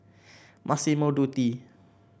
Massimo Dutti